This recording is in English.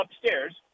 upstairs